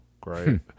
great